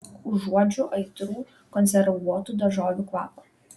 užuodžiu aitrų konservuotų daržovių kvapą